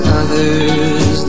others